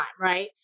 Right